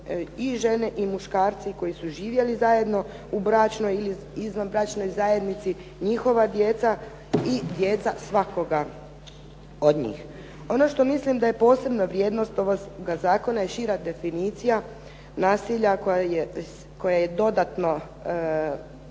i žene i muškarci koji su živjeli zajedno u bračnoj i izvanbračnoj zajednici, njihova djeca i djeca svakoga od njih. Ono što mislim da je posebna vrijednost ovoga zakona je šira definicija nasilja koja je dodatno,